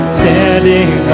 standing